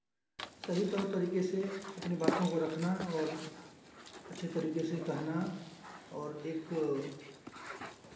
सही तौर तरीके से अपनी बातों को रखना और अच्छे तरीके से कहना और एक